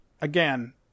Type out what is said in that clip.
again